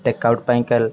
take out ପାଇଁ କାଲ୍